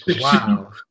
wow